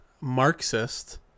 Marxist